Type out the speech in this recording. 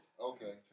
Okay